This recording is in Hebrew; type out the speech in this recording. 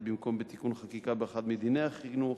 במקום בתיקון חקיקה באחד מדיני החינוך.